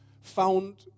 found